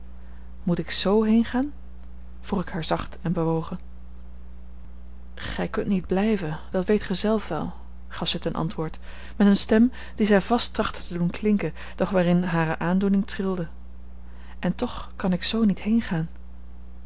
moet ik z heengaan vroeg ik haar zacht en bewogen gij kunt niet blijven dat weet gij zelf wel gaf zij ten antwoord met eene stem die zij vast trachtte te doen klinken doch waarin hare aandoening trilde en toch kan ik zoo niet heengaan